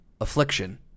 affliction